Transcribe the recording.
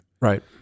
right